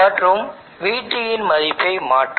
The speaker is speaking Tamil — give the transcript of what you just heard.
மற்றும் vT இன் மதிப்பை மாற்றவும்